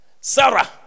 Sarah